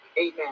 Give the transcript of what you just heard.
amen